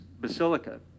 Basilica